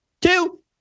Two